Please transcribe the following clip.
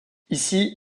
ici